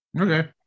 Okay